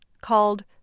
called